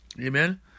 Amen